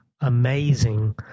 amazing